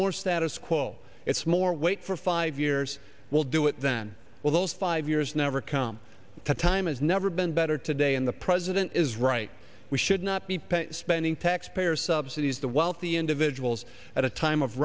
more status quo it's more wait for five years we'll do it then all those five years never come to time has never been better today in the president is right we should not be spending taxpayer subsidies the wealthy individuals at a time of